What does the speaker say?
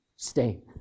stay